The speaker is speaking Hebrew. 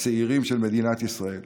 לצעירים של מדינת ישראל,